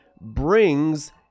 brings